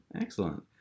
excellent